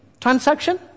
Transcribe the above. transaction